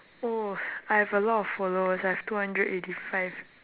oh I've a lot of followers I've two hundred eighty five